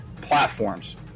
platforms